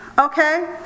Okay